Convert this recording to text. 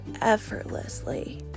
effortlessly